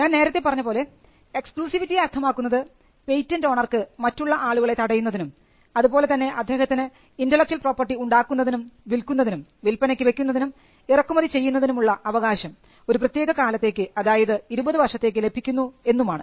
ഞാൻ നേരത്തെ പറഞ്ഞ പോലെ എക്സ്ക്ലൂസീവിറ്റി അർത്ഥമാക്കുന്നത് പേറ്റന്റ് ഓണർക്ക് മറ്റുള്ള ആളുകളെ തടയുന്നതിനും അതുപോലെ തന്നെ അദ്ദേഹത്തിന് ഇന്റെലക്ച്വൽ പ്രോപ്പർട്ടി ഉണ്ടാക്കുന്നതിനും വിൽക്കുന്നതിനും വിൽപ്പനയ്ക്ക് വെക്കുന്നതിനും ഇറക്കുമതി ചെയ്യുന്നതിനും ഉള്ള അവകാശം ഒരു പ്രത്യേക കാലത്തേക്ക് അതായത് 20 വർഷത്തെയ്ക്ക് ലഭിക്കുന്നു എന്നുമാണ്